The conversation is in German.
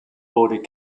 wurde